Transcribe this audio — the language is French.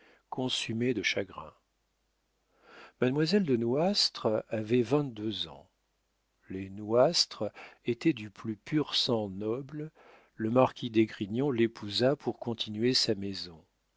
consumé de chagrins mademoiselle de nouastre avait vingt-deux ans les nouastre étaient du plus pur sang noble le marquis d'esgrignon l'épousa pour continuer sa maison